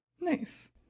Nice